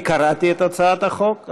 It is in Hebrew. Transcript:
אני קראתי את הצעת החוק,